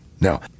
Now